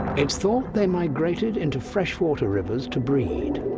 it's thought they migrated into freshwater rivers to breed,